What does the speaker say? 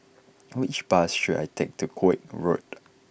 which bus should I take to Koek Road